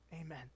Amen